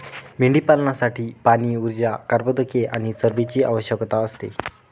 मेंढीपालनासाठी पाणी, ऊर्जा, कर्बोदके आणि चरबीची आवश्यकता असते